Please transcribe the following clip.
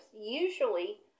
usually